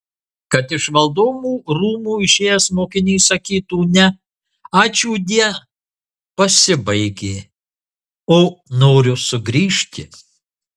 kad iš valdovų rūmų išėjęs mokinys sakytų ne ačiūdie pasibaigė o noriu sugrįžti